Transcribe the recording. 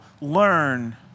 learn